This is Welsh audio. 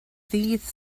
ddydd